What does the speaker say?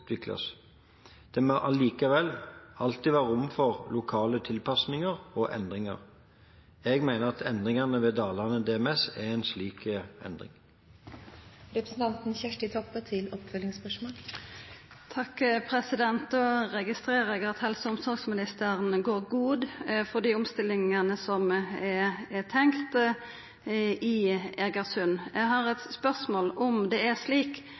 Det må allikevel alltid være rom for lokale tilpasninger og endringer. Jeg mener at endringene ved Dalane DMS er en slik endring. Då registrerer eg at helse- og omsorgsministeren går god for dei omstillingane som er tenkte i Egersund. Eg har eit spørsmål om det er slik